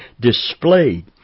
displayed